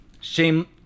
Shame